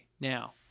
Now